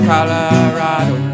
Colorado